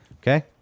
Okay